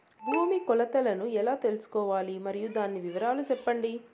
భూమి కొలతలను ఎలా తెల్సుకోవాలి? మరియు దాని వివరాలు సెప్పండి?